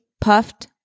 puffed